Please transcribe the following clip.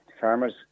Farmers